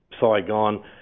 Saigon